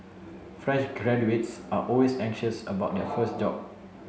fresh graduates are always anxious about their first job